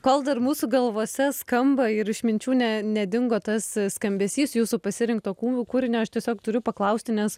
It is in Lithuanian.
kol dar mūsų galvose skamba ir išminčių ne nedingo tas skambesys jūsų pasirinkto kū kūrinio aš tiesiog turiu paklausti nes